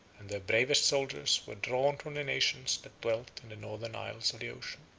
and their bravest soldiers were drawn from the nations that dwelt in the northern isles of the ocean.